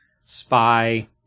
spy